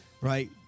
right